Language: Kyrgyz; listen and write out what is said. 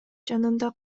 жанында